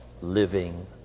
living